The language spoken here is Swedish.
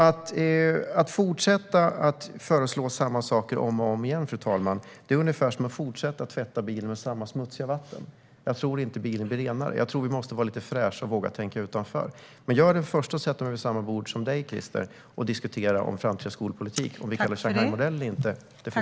Att fortsätta föreslå samma saker om och om igen är ungefär som att fortsätta tvätta bilen med samma smutsiga vatten, fru talman. Jag tror inte att bilen blir renare då, utan jag tror att vi måste vara lite fräscha och våga tänka utanför ramarna. Jag är dock den första att sätta mig vid samma bord som du, Christer, och diskutera vår framtida skolpolitik. Om vi kallar det Shanghaimodellen eller inte får vi se.